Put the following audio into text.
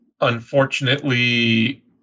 unfortunately